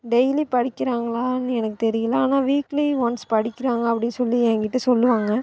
daily படிக்கிறாங்களான்னு எனக்கு தெரியல ஆனால் வீக்லி ஒன்ஸ் படிக்கிறாங்க அப்படின்னு சொல்லி எங்கிட்ட சொல்லுவாங்க